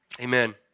amen